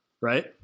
Right